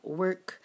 work